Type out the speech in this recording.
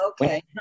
Okay